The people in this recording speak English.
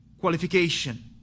qualification